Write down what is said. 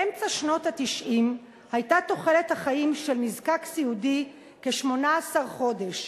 באמצע שנות ה-90 היתה תוחלת החיים של נזקק סיעודי כ-18 חודש,